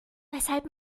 weshalb